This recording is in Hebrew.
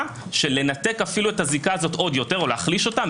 של לנתק אפילו את הזיקה הזאת עוד יותר או להחליש אותה,